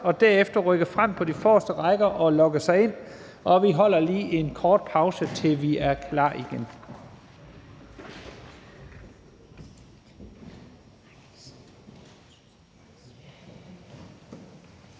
og derefter rykke frem på de forreste rækker og logge sig ind. Vi holder lige en kort pause, til vi er klar igen.